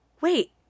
wait